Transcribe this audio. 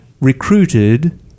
recruited